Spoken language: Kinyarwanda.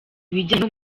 ibijyanye